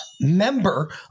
member